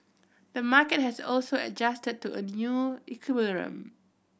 the market has also adjusted to a new equilibrium